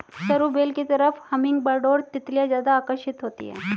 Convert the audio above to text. सरू बेल की तरफ हमिंगबर्ड और तितलियां ज्यादा आकर्षित होती हैं